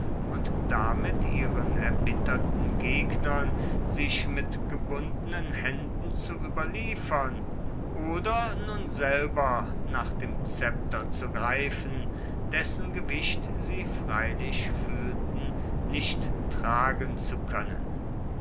und damit ihren erbitterten gegnern sich mit gebundenen händen zu überliefern oder nun selber nach dem szepter zu greifen dessen gewicht sie freilich fühlten nicht tragen zu können